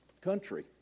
country